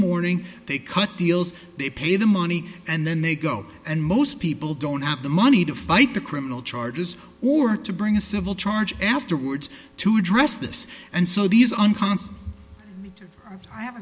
morning they cut deals they pay the money and then they go and most people don't have the money to fight the criminal charges or to bring a civil charge afterwards to address this and so these